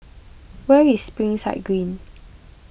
where is Springside Green